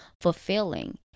fulfilling